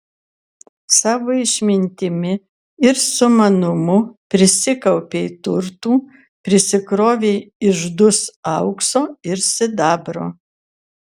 savo išmintimi ir sumanumu prisikaupei turtų prisikrovei iždus aukso ir sidabro